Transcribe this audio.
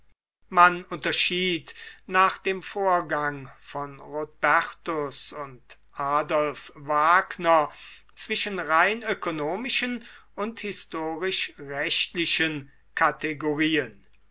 man unterschied nach dem vorgang von rodbertus und adolf wagner zwischen rein ökonomischen und historisch rechtlichen kategorien